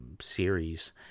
series